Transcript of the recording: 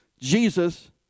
Jesus